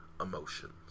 emotions